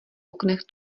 oknech